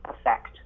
effect